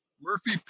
Murphy